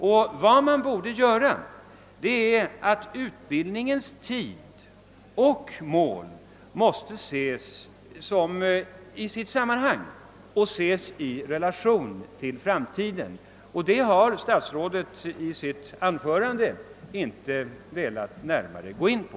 Men vad man borde göra är att se utbildningstiden och utbildningens mål i sammanhang och i relation till framtiden. Det har statsrådet i sitt anförande inte velat gå närmare in på.